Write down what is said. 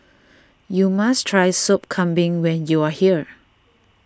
you must try Sop Kambing when you are here